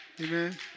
Amen